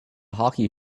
hockey